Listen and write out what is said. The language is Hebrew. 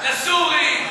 לסורי?